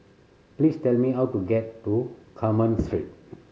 please tell me how to get to Carmen Street